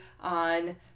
on